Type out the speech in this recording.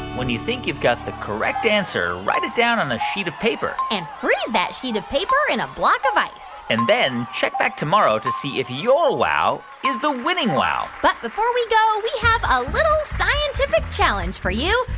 when you think you've got the correct answer, write it down on a sheet of paper and freeze that sheet of paper in a block of ice and then check back tomorrow to see if your wow is the winning wow but before we go, we have a little scientific challenge for you.